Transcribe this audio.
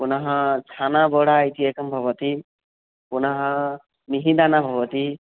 पुनः छानाबोडा इति एकं भवति पुनः मिहिदान भवति